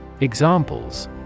Examples